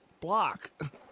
Block